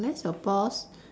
unless your boss